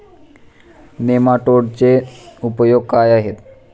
नेमाटोडचे उपयोग काय आहेत?